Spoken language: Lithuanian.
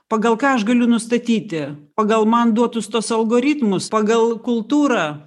pagal ką aš galiu nustatyti pagal man duotus tuos algoritmus pagal kultūrą